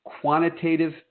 quantitative